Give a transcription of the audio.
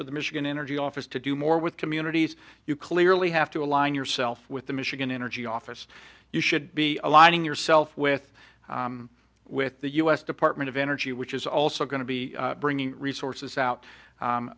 for the michigan energy office to do more with communities you clearly have to align yourself with the michigan energy office you should be aligning yourself with with the u s department of energy which is also going to be bringing resources sout